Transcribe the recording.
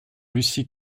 lucie